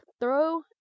throw